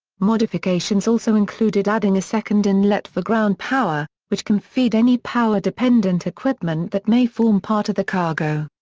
modifications also included adding a second inlet for ground power, which can feed any power-dependent equipment that may form part of the cargo.